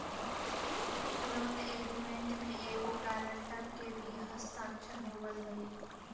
loan agreement में एगो guarantor के भी हस्ताक्षर होवऽ हई